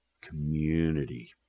community